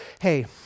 hey